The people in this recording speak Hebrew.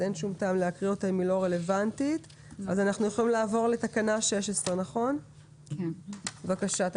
אנחנו יכולים לעבור לתקנה 16. בבקשה.